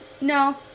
No